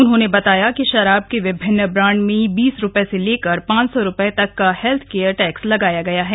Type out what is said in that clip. उन्होंने बताया कि शराब के विभिन्न ब्रांड में बीस रुपये से लेकर पांच सौ रुपये तक का हेल्थ केयर टैक्स लगाया गया है